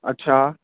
اچھا